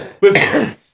Listen